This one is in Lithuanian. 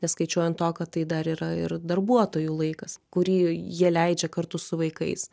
neskaičiuojant to kad tai dar yra ir darbuotojų laikas kurį jie leidžia kartu su vaikais